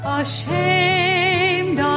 ashamed